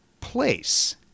place